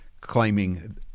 claiming